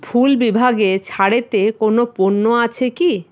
ফুল বিভাগে ছাড়েতে কোনো পণ্য আছে কি